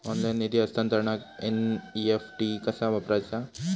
Online निधी हस्तांतरणाक NEFT कसा वापरायचा?